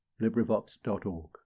LibriVox.org